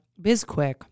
BizQuick